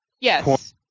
Yes